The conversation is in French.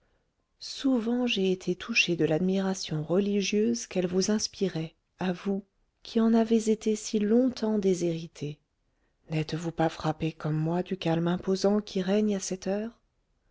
souvent j'ai été touché de l'admiration religieuse qu'elles vous inspiraient à vous qui en avez été si longtemps déshéritée n'êtes-vous pas frappée comme moi du calme imposant qui règne à cette heure